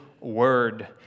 word